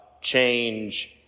change